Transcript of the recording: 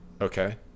Okay